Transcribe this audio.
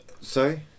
Sorry